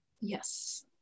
Yes